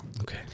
Okay